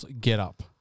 get-up